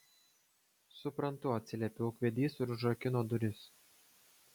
suprantu atsiliepė ūkvedys ir užrakino duris